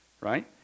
right